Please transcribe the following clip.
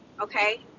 okay